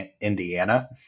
Indiana